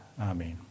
Amen